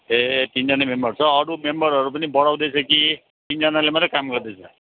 ए तिनजना मेम्बर छ अरू मेम्बरहरू पनि बढाउँदैछ कि तिनजनाले मात्रै काम गर्दैछ